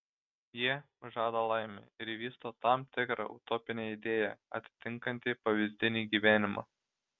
jie žada laimę ir vysto tam tikrą utopinę idėją atitinkantį pavyzdinį gyvenimą